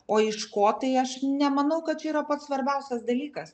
o iš ko tai aš nemanau kad čia yra pats svarbiausias dalykas